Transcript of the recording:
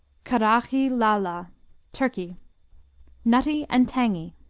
karaghi la-la turkey nutty and tangy.